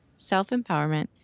self-empowerment